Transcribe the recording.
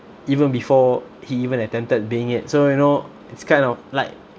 even before he even attempted being it so you know it's kind of like